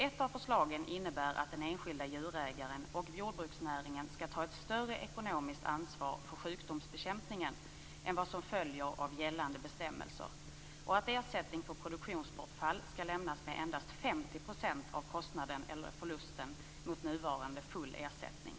Ett av förslagen innebär att den enskilde djurägaren och jordbruksnäringen skall ta ett större ekonomiskt ansvar för sjukdomsbekämpningen än vad som följer av gällande bestämmelser. Ersättning för produktionsbortfall skall lämnas med endast 50 % av kostnaden eller förlusten mot nuvarande full ersättning.